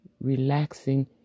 relaxing